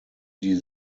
die